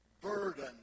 burden